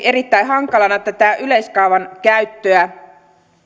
erittäin hankalana yleiskaavan käyttöä